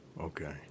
Okay